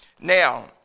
now